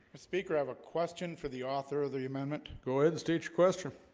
speaker have a question for the author of the amendment go ahead state your question